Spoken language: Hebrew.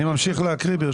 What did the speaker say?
אני ממשיך להקריא, ברשותך.